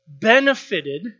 benefited